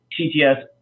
TTS